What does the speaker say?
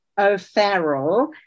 O'Farrell